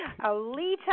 Alita